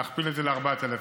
להכפיל את זה ל-4,000.